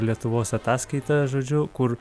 lietuvos ataskaitą žodžiu kur